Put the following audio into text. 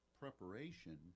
preparation